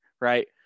right